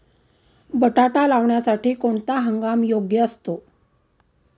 बटाटा लावण्यासाठी कोणता हंगाम योग्य असतो?